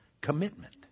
commitment